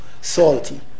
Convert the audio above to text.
salty